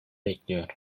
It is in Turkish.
bekliyor